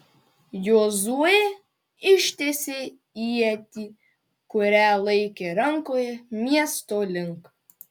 jozuė ištiesė ietį kurią laikė rankoje miesto link